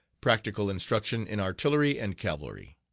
practical instruction in artillery and cavalry.